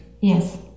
yes